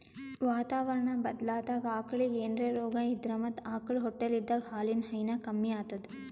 ವಾತಾವರಣಾ ಬದ್ಲಾದಾಗ್ ಆಕಳಿಗ್ ಏನ್ರೆ ರೋಗಾ ಇದ್ರ ಮತ್ತ್ ಆಕಳ್ ಹೊಟ್ಟಲಿದ್ದಾಗ ಹಾಲಿನ್ ಹೈನಾ ಕಮ್ಮಿ ಆತದ್